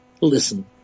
Listen